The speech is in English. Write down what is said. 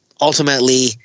ultimately